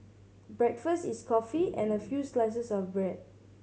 breakfast is coffee and a few slices of bread